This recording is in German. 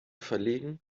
verlegen